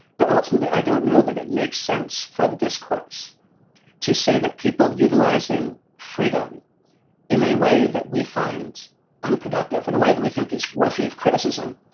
but ultimately, i don't know that it makes sense for the discourse to say that people utilizing freedom in a way that we find unproductive for and the way that we think is worthy of criticism.